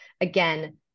again